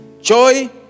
joy